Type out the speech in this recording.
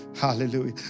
Hallelujah